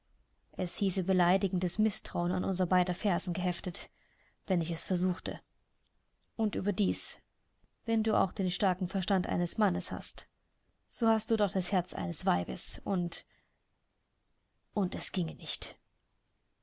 es hieße beleidigendes mißtrauen an unser beider fersen heften wenn ich es versuchte und überdies wenn du auch den starken verstand eines mannes hast so hast du doch das herz eines weibes und und es ginge nicht